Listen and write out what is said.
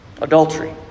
Adultery